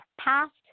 past